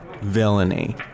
villainy